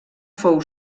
fou